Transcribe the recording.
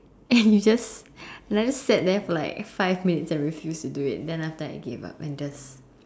and you just let it set there for like five mintues and refuse to do it then after that I gave up and just